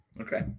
okay